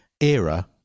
era